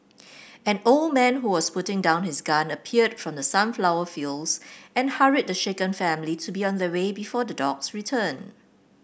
an old man who was putting down his gun appeared from the sunflower fields and hurried the shaken family to be on their way before the dogs return